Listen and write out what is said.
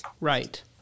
Right